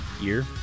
Year